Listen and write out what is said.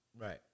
right